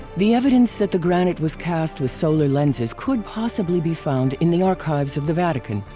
the evidence that the granite was cast with solar lenses could possibly be found in the archives of the vatican,